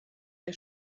der